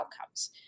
outcomes